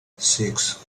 six